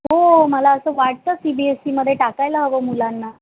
हो मला असं वाटतं सी बी एस ईमध्ये टाकायला हवं मुलांना